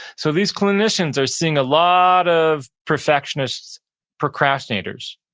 so these clinicians are seeing a lot of perfectionist procrastinators.